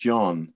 John